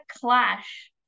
clash